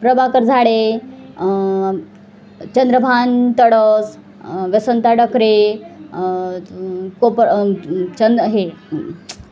प्रभाकर झाडे चंद्रभान तडस व्यसंत डकरे अजून कोपंद चंद हे